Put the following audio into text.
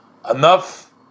Enough